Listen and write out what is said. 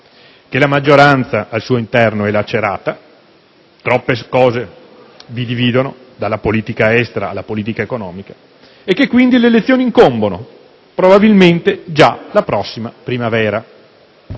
che la maggioranza al suo interno è lacerata. Troppe cose vi dividono, dalla politica estera alla politica economica: le elezioni incombono, probabilmente già la prossima primavera.